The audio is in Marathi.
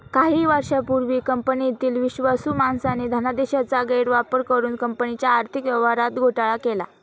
काही वर्षांपूर्वी कंपनीतील विश्वासू माणसाने धनादेशाचा गैरवापर करुन कंपनीच्या आर्थिक व्यवहारात घोटाळा केला